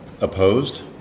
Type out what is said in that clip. opposed